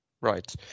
right